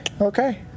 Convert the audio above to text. okay